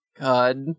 God